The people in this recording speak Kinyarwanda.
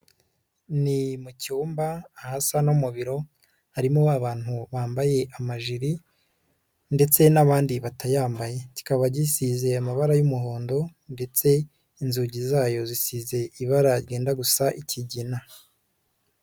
Ni mu cyumba ahasa no mu biro, harimo ba abantu bambaye amajiri ndetse n'abandi batayambaye. Kikaba gisize amabara y'umuhondo ndetse inzugi zayo zisize ibara ryenda gusa ikigina.